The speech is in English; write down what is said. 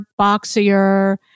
boxier